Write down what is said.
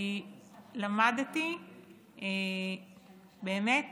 כי למדתי איך